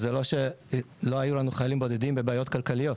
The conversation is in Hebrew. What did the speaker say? זה לא שלא היו לנו חיילים בודדים ובעיות כלכליות.